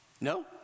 No